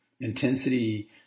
intensity